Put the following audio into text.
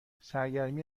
سرگرمی